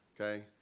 Okay